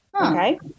Okay